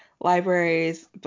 libraries